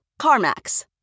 CarMax